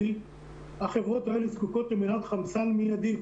החברות האלה זקוקות למנת חמצן מידי,